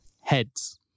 Heads